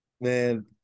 man